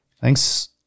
Thanks